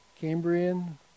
Cambrian